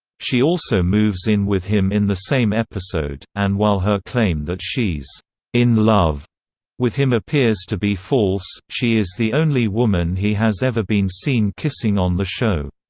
she also moves in with him in the same episode, and while her claim that she's in love with him appears to be false, she is the only woman he has ever been seen kissing on the show.